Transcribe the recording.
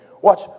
Watch